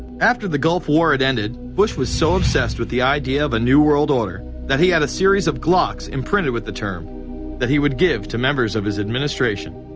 after the gulf war had ended, bush was so obsessed with the idea of a new world order, that he had a series of glocks imprinted with the term that he would give to members of his administration,